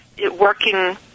working